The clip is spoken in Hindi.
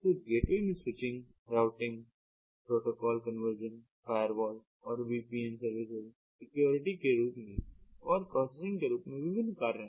तो गेटवे में switching routing protocol conversion firewall और वीपीएन सर्विसेज सिक्योरिटी के रूप में और प्रोसेसिंग के रूप में विभिन्न कार्य हैं